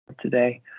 today